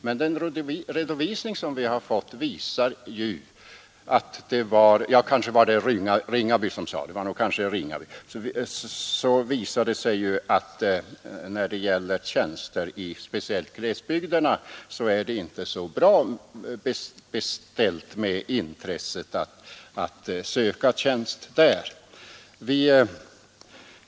Men den redovisning som vi har fått visar ju att när det gäller lediga tjänster i speciellt glesbygderna är det inte så väl beställt med intresset att söka tjänsterna.